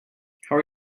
how